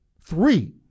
Three